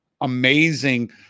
amazing